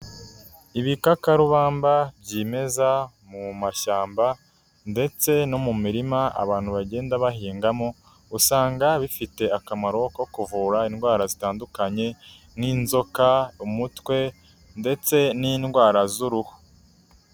Ibikakarubamba byimeza mu mashyamba ndetse no mu mirima abantu bagenda bahingamo, usanga bifite akamaro ko kuvura indwara zitandukanye nk'inzoka, umutwe ndetse n'indwara z'uruhu.